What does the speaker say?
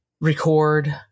record